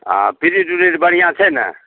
आ फिरिज उरिज बढ़िआँ छै ने